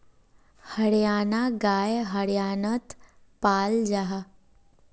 हरयाना गाय हर्यानात पाल जाहा